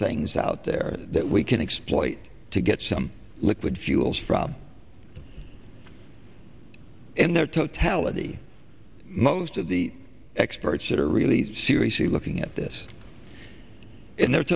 things out there that we can exploit to get some liquid fuels from in their totality most of the experts that are really seriously looking at this in the